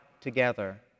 together